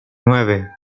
nueve